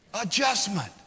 adjustment